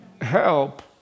Help